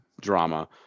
drama